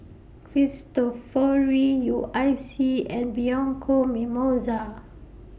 Cristofori U I C and Bianco Mimosa